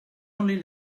only